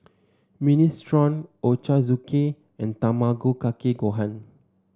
Minestrone Ochazuke and Tamago Kake Gohan